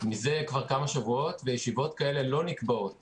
מזה כבר כמה שבועות, וישיבות כאלה לא נקבעות